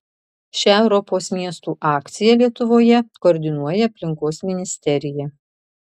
šią europos miestų akciją lietuvoje koordinuoja aplinkos ministerija